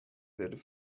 werden